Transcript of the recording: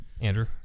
Andrew